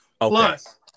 Plus